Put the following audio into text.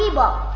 la